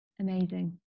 Amazing